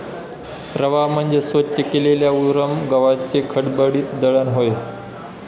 रवा म्हणजे स्वच्छ केलेल्या उरम गव्हाचे खडबडीत दळण होय